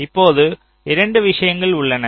இப்போது 2 விஷயங்கள் உள்ளன